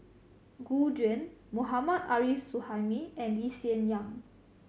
Gu Juan Mohammad Arif Suhaimi and Lee Hsien Yang